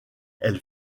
elle